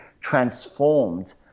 transformed